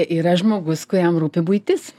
yra žmogus kuriam rūpi buitis